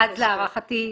אז להערכתי,